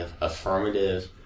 affirmative